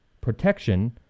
protection